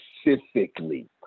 specifically